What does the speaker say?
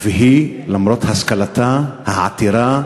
והיא, למרות השכלתה העתירה,